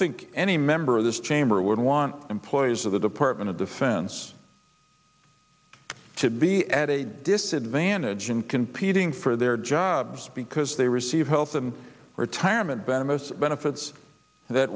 think any member of this chamber would want employees of the department of defense to be at a disadvantage in computing for their jobs because they receive health and retirement venomous benefits that